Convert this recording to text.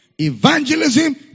evangelism